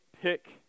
pick